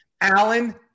Alan